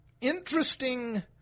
interesting